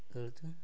ଖେଳୁଛୁ